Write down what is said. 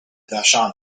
vashon